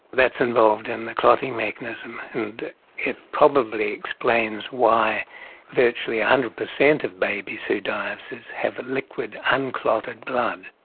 that's involved in the clotting mechanism and it probably explains why virtually one ah hundred percent of babies who die of sids have a liquid unclotted blood.